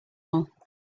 all